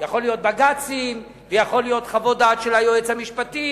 יכולים להיות בג"צים או חוות דעת של היועץ המשפטי,